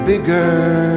Bigger